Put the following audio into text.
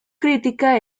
crítica